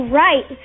right